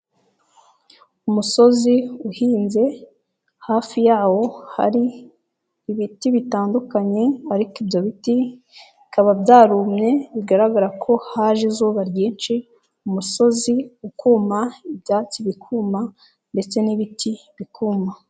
Umusozi uhinze hafi yawo hari ibiti bitandukanye, ariko ibyo biti bikaba byarumye bigaragara ko haje izuba ryinshi, umusozi ukuma, ibyatsi bikuma ndetse n'ibiti bikuma.